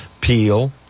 Peel